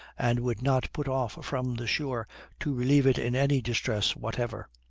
and would not put off from the shore to relieve it in any distress whatever.